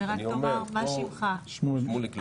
שמוליק לב,